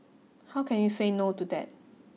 how can you say no to that